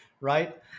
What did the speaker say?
right